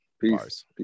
Peace